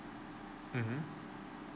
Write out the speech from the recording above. mmhmm